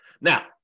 Now